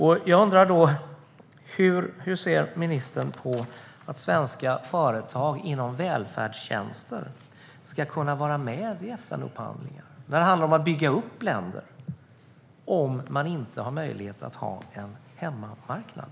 Hur ser ministern på att svenska företag inom välfärdstjänster ska vara med i FN-upphandlingar? Det handlar här om huruvida det går att bygga upp marknader i länder om det inte är möjligt att ha en hemmamarknad.